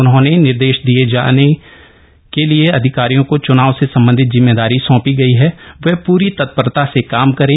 उन्होंने निर्देश दिये जिन अधिकारियों को चुनाव से संबंधित जिम्मेदारी सौंपी गयी है वे पूरी तत्परता से काम करें